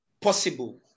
possible